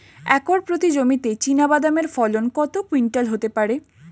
Acre প্রতি জমিতে চীনাবাদাম এর ফলন কত কুইন্টাল হতে পারে?